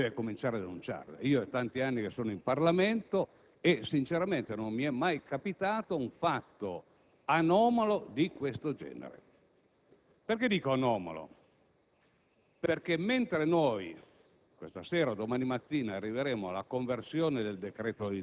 signor Presidente, che questa sia una anomalia che questo Parlamento deve cominciare a denunciare. Sono da tanti anni in Parlamento e sinceramente non mi è mai capitato un fatto anomalo di questo genere. Dico anomalo